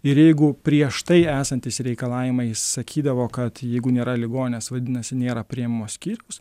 ir jeigu prieš tai esantys reikalavimai sakydavo kad jeigu nėra ligonės vadinasi nėra priėmimo skyriaus